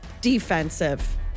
defensive